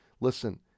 Listen